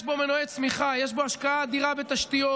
יש בו מנועי צמיחה, יש בו השקעה אדירה בתשתיות.